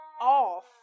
off